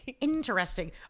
interesting